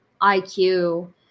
IQ